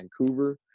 Vancouver